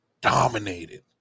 dominated